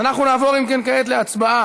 אם כן, נעבור כעת להצבעה